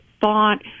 thought